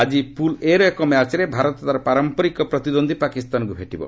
ଆଜି pool A ର ଏକ ମ୍ୟାଚ୍ରେ ଭାରତ ତାର ପାରମ୍ପରିକ ପ୍ରତିଦ୍ୱନ୍ଦ୍ୱି ପାକିସ୍ତାନକୁ ଭେଟିବ